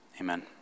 Amen